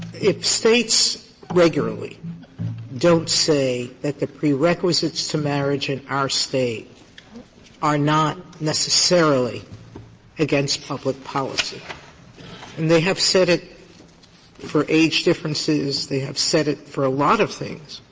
if states regularly don't say that the prerequisites to marriage in our state are not necessarily against public policy and they have said it for age differences, they have said it for a lot of things,